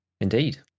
Indeed